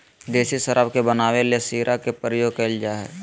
देसी शराब के बनावे ले शीरा के प्रयोग कइल जा हइ